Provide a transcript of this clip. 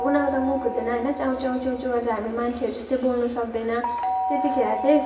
उनीहरूको त मुख हुँदैन होइन चाउँचाउँ चुउँचुउँ गर्छ हामी मान्छेहरू जस्तै बोल्नु सक्दैन त्यतिखेर चाहिँ